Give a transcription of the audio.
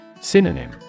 Synonym